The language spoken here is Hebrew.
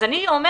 אז אני אומרת,